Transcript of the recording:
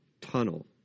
tunnel